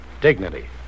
Dignity